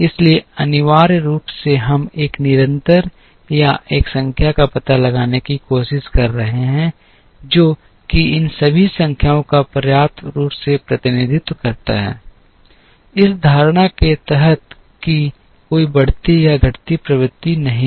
इसलिए अनिवार्य रूप से हम एक निरंतर या एक संख्या का पता लगाने की कोशिश कर रहे हैं जो कि इन सभी संख्याओं का पर्याप्त रूप से प्रतिनिधित्व करता है इस धारणा के तहत कि कोई बढ़ती या घटती प्रवृत्ति नहीं है